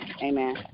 Amen